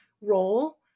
role